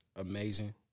amazing